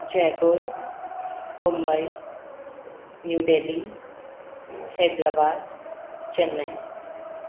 جے پور ممبئی نیو ڈہلی حیدرآباد چنئی